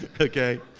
Okay